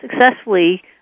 successfully